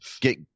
get